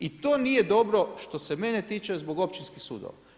I to nije dobro, što se mene tiče, zbog općinskih sudova.